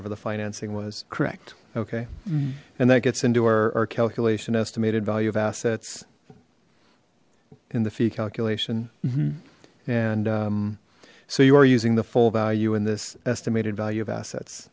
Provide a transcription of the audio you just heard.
forever the financing was correct okay and that gets into our calculation estimated value of assets in the fee calculation mm hm and so you are using the full value in this estimated value of assets